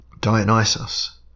Dionysus